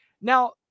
Now